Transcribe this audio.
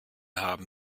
haben